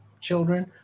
children